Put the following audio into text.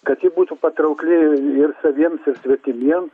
kad ji būtų patraukli ir saviems ir svetimiems